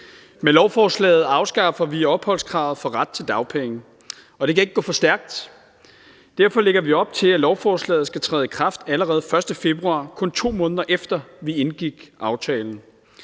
Med lovforslaget afskaffer vi opholdskravet for ret til dagpenge, og det kan ikke gå for stærkt. Derfor lægger vi op til, at lovforslaget skal træde i kraft allerede den 1. februar, kun 2 måneder efter vi indgik aftalen.